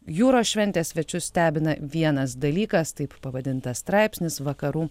jūros šventės svečius stebina vienas dalykas taip pavadintas straipsnis vakarų